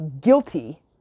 guilty